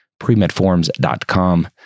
premedforms.com